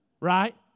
right